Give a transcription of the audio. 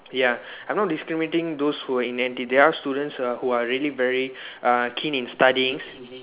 ya I'm not discriminating those who are in N_T there are students uh who are really very uh keen in studying